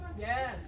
Yes